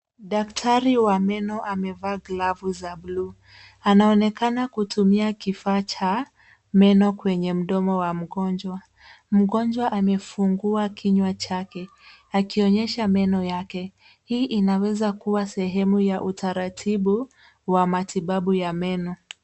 Daktari wa meno amevaa glavu za buluu. Anaonekana kutumia kifaa cha meno kwenye mdomo wa mgonjwa. Mgonjwa amefungua kinywa chake akionyesha meno yake. Hii inaweza kuwa sehemu ya utaratibu wa matibabu ya meno.